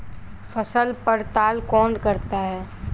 फसल पड़ताल कौन करता है?